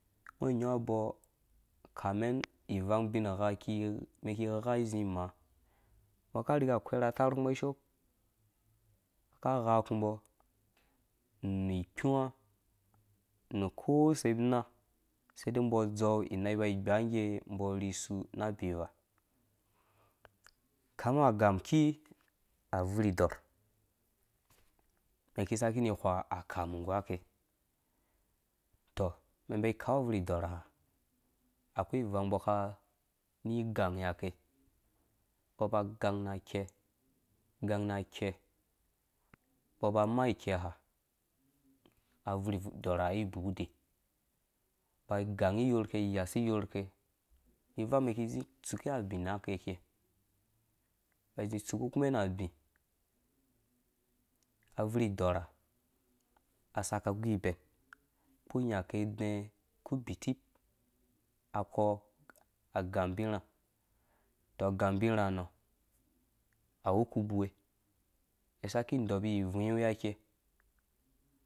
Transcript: Ngɔ nyaɔ abɔɔ ivang ubinha mɛn ki gha zi maa mbɔ ka rhiga kwer atarh kumbɔ kisho ka ghau kumbɔ ni ikpu nu kosebina sedai mbɔ dzeu mai ba gba ngge rhi su na abii waa koma agam aki abuardɔɔ mɛn ki sakini wha akamu nggu ake mɛn ba kau abuardɔr ha akwai ivang mbɔ ka zi gange ake ba gang na ke gang na kɛ mbɔ ba maa ike ha abvurdɔrha ai bude ba sanyi iyor kɛ yasi iyor kɛ ivang mɛn ki zi tsuke abi na ke kei ba zi tsuku kumɛn abi abuur dɔrha a saka guibɛn kpunyake dɛɛ ku biteu akɔ agambirha tɔ gambirha nɔ awu wuku biwe ki saki idibi ivvinng we ake.